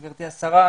גברתי השרה,